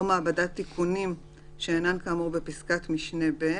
או מעבדת תיקונים שאינן כאמור בפסקת משנה (ב),